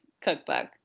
cookbook